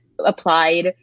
applied